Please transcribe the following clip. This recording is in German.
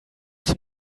zum